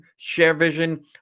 ShareVision